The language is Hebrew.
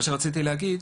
מה שרציתי להגיד,